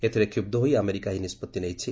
ଏଥିରେ କ୍ଷୁହ୍ ହୋଇ ଆମେରିକା ଏହି ନିଷ୍ପଭି ନେଇଛି